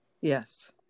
Yes